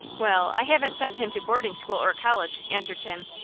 well, i haven't sent him to boarding school or college, answered tim.